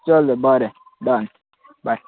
चलो बरें डन बाय